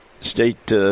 state